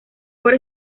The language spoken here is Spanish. por